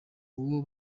uwo